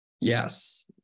Yes